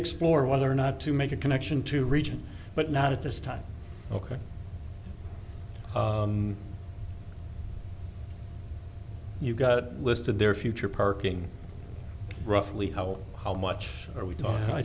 explore whether or not to make a connection to region but not at this time ok you've got a list of their future parking roughly how how much are we talking i